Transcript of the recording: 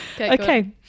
Okay